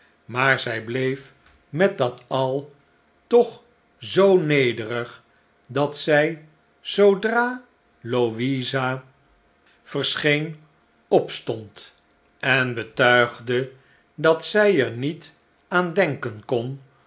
maar zij bleef met dat al toch zoo nederig dat zij zoodra louisa slecbte tijden verscheen opstond en betuigde dat zij er met aan denken kon